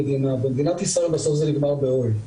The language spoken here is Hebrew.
במדינת ישראל בסוף זה נגמר באוהל.